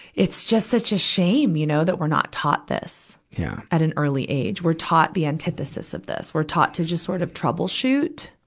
it's just such a shame, you know, that we're not taught this yeah at an early age. we're taught the antithesis of this, we're taught to just sort of troubleshoot.